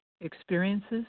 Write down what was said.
experiences